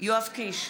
יואב קיש,